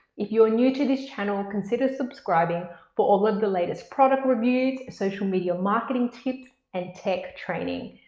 if you're new to this channel consider subscribing for all of the latest product reviews, social media marketing tips and tech training.